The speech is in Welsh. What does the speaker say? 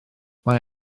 mae